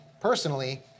personally